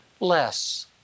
Less